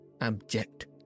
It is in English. abject